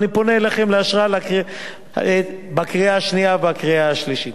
ואני פונה אליכם לאשרה בקריאה השנייה ובקריאה השלישית.